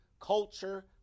culture